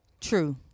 True